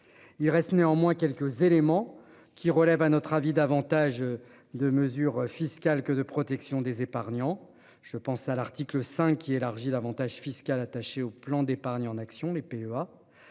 Il reste néanmoins quelques éléments qui relève, à notre avis davantage. De mesures fiscales que de protection des épargnants. Je pense à l'article 5 qui élargit l'Avantage fiscal attaché au plan d'épargne en actions, les PEA.